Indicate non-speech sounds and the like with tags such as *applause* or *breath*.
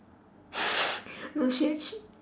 *breath* no she actually